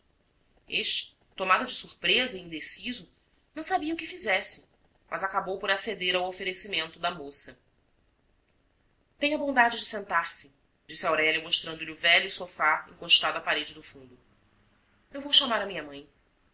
tomado de surpresa e indeciso não sabia o que fizesse mas acabou por aceder ao oferecimento da moça tenha a bondade de sentar-se disse aurélia mostrando-lhe o velho sofá encostado à parede do fundo eu vou chamar minha mãe